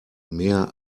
mehr